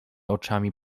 oczami